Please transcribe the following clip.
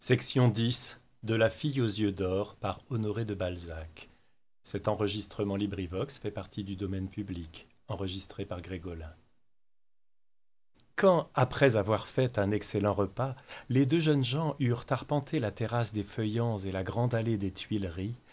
voir l'adorable fille aux yeux d'or quand après avoir fait un excellent repas les deux jeunes gens eurent arpenté la terrasse des feuillants et la grande allée des tuileries